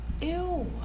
Ew